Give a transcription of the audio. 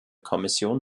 kommission